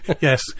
yes